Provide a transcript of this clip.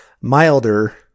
milder